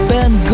Ben